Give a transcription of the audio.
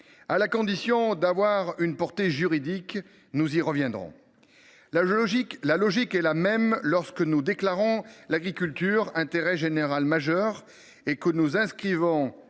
à condition d’avoir une portée juridique. Nous y reviendrons. La logique est la même lorsque nous déclarons que l’agriculture est d’intérêt général majeur et que nous inscrivons